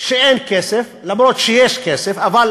כשאין כסף, אף שיש כסף, אבל